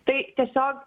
tai tiesiog